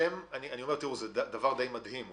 זה דבר די מדהים.